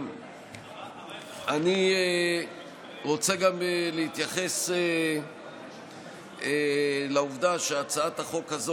אני רוצה גם להתייחס לעובדה שהצעת החוק הזו